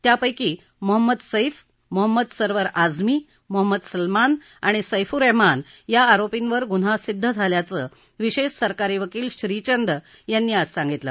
त्यापैकी मोहम्मद सैफ मोहम्मद सरवर आझमी मोहम्मद सलमान आणि सैफुरेहमान या आरोपींवर गुन्हा सिद्ध झाल्याचं विशेष सरकारी वकील श्रीचंद यांनी आज सांगितलं